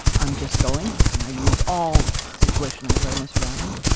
i'm just going and i lose all situational awareness around me.